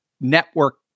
network